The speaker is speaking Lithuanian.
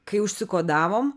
kai užsikodavo